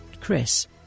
Chris